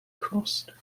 crossed